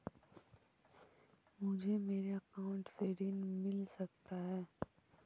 मुझे मेरे अकाउंट से ऋण मिल सकता है?